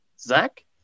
Zach